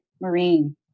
Marine